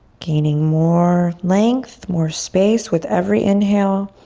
gaining more length, more space with every inhale.